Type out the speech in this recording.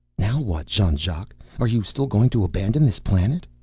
now what, jean-jacques? are you still going to abandon this planet?